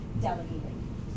delegating